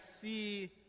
see